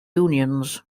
unions